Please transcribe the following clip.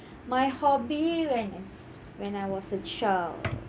my hobby when as when I was a child